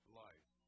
life